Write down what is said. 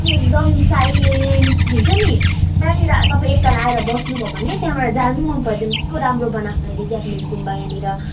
अनि एक्दम साइलेन्ट हुन्छ नि त्यहाँनिर तपाईँ एकताल आएर बस्नुभयो भने तपाईँलाई जानु पनि मन पर्दैन त्यस्तो राम्रो बनाएको छ अहिले जापानिज गुम्बा यहाँनिर